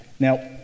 Now